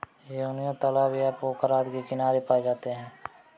योनियों तालाब या पोखर आदि के किनारे पाए जाते हैं